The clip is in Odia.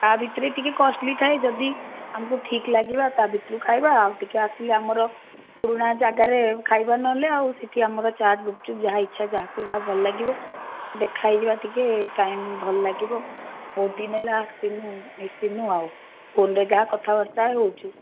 ତା ଭିତରେ ଟିକେ କଷ୍ଟଲି ଥାଏ ଯଦି ଆମକୁ ଠିକ୍ ଲାଗିବା ତା ଭିତରୁ ଖାଇବା ଆଉ ଟିକେ ଆସିଲେ ଆମର ପୁରୁଣା ଜାଗାରେ ଖାଇବା ନହେଲେ ଆଉ ସେଠି ଆମର ଚାଟ୍ ଗୁପ୍ଚୁପ୍ ଯାହା ଇଚ୍ଛା ଯାହାକୁ ଯାହା ଭଲ ଲାଗିବ ଦେଖା ହୋଇଯିବା ଟିକେ ଟାଇମ୍ ଭଲ ଲାଗିବ ବହୁତ ଦିନ ହେଲା ଆସିନୁ ମିଶିନୁ ଆଉ ଫୋନ୍ରେ କାହା କଥାବାର୍ତ୍ତା ହେଉଛୁ